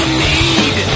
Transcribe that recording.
need